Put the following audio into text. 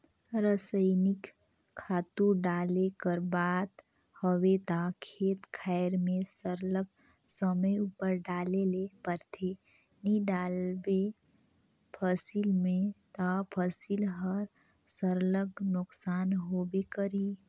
रसइनिक खातू डाले कर बात हवे ता खेत खाएर में सरलग समे उपर डाले ले परथे नी डालबे फसिल में ता फसिल हर सरलग नोसकान होबे करही